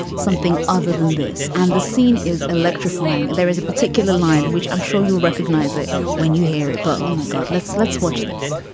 something other than this. and the scene is electrifying. there is a particular line which i'm sure you recognize it when you hear it, but. oh, my god. let's let's watch this.